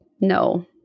no